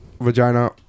vagina